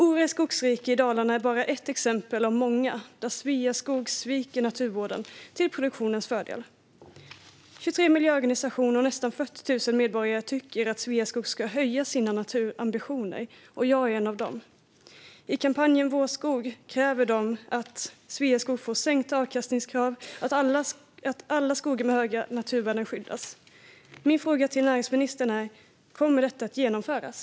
Ore skogsrike i Dalarna är bara ett exempel av många där Sveaskog sviker naturvården till förmån för produktionen. 23 miljöorganisationer och nästan 40 000 medborgare tycker att Sveaskog ska höja sina naturambitioner, och jag är en av dem. I kampanjen Vår skog kräver de att Sveaskog får sänkta avkastningskrav och att alla skogar med höga naturvärden skyddas. Min fråga till näringsministern är: Kommer detta att genomföras?